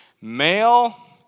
male